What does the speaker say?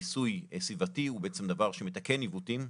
מיסוי סביבתי הוא דבר שמתקן עיוותים,